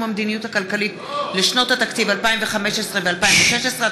המדיניות הכלכלית לשנות התקציב 2015 ו־2016),